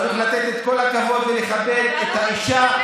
צריך לתת את כל הכבוד ולכבד את האישה.